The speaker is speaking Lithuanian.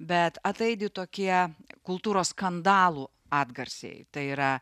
bet ataidi tokie kultūros skandalų atgarsiai tai yra